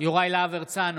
יוראי להב הרצנו,